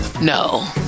no